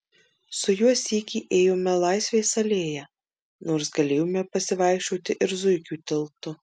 su juo sykį ėjome laisvės alėja nors galėjome pasivaikščioti ir zuikių tiltu